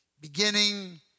Beginning